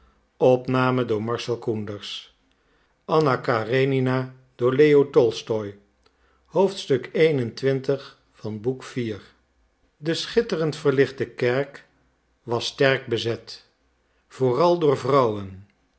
de schitterend verlichte kerk was sterk bezet vooral door vrouwen